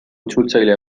itzultzaile